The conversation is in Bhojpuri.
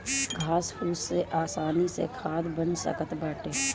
घास फूस से आसानी से खाद बन सकत बाटे